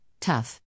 tough